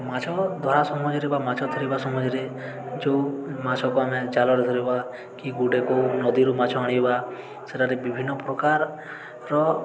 ମାଛ ଧର ସମୟରେ ବା ମାଛ ଧରିବା ସମୟରେ ଯେଉଁ ମାଛକୁ ଆମେ ଜଲରେ ଧରିବା କି ଗୁଡ଼େକୁ ନଦୀରୁ ମାଛ ଆଣିବା ସେଠାରେ ବିଭିନ୍ନ ପ୍ରକାରର